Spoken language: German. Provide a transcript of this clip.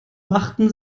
machten